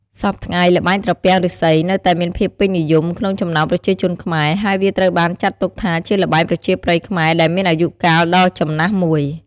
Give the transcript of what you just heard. សព្វថ្ងៃ ល្បែងត្រពាំងឬស្សីនៅតែមានភាពពេញនិយមក្នុងចំណោមប្រជាជនខ្មែរ ហើយវាត្រូវបានចាត់ទុកថាជាល្បែងប្រជាប្រិយខ្មែរដែលមានអាយុកាលដ៏ចំណាស់មួយ។